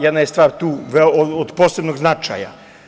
Jedna je stvar tu od posebnog značaja.